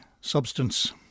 substance